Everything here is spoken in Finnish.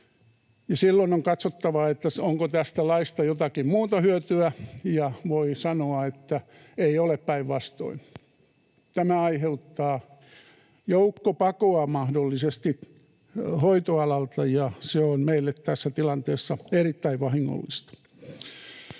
Silloin on katsottava, onko tästä laista jotakin muuta hyötyä, ja voi sanoa, että ei ole. Päinvastoin, tämä aiheuttaa mahdollisesti joukkopakoa hoitoalalta, ja se on meille tässä tilanteessa erittäin vahingollista.